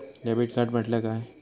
Debit card म्हटल्या काय?